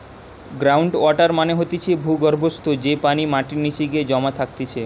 ground water মানে হতিছে ভূর্গভস্ত, যেই পানি মাটির নিচে গিয়ে জমা থাকতিছে